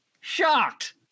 Shocked